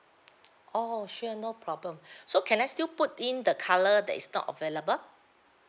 oh sure no problem so can I still put in the colour that is not available